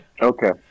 okay